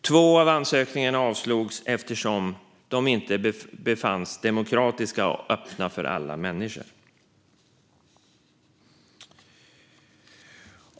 Två av ansökningarna har avslagits eftersom organisationerna inte befanns vara demokratiska och öppna för alla människor.